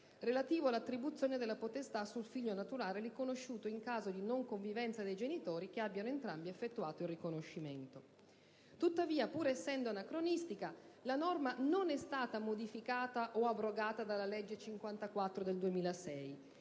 ordine all'attribuzione della potestà sul figlio naturale riconosciuto in caso di non convivenza dei genitori che abbiano entrambi effettuato il riconoscimento. Tuttavia, pur essendo anacronistica, la norma non è stata modificata o abrogata dalla legge n. 54 del 2006.